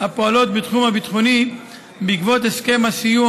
הפועלות בתחום הביטחוני בעקבות הסכם הסיוע